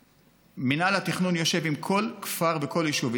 מינהל התכנון יושב עם כל כפר וכל יישוב,